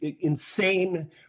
insane